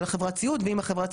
אז כמו שנאמר פה,